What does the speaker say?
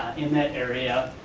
in that area,